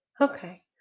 Okay